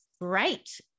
great